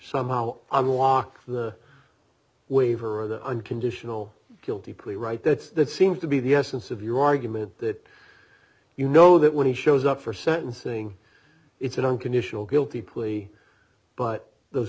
somehow i walk the waiver or the unconditional guilty plea right that's that seems to be the essence of your argument that you know that when he shows up for sentencing it's an unconditional guilty plea but those